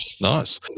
nice